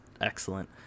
excellent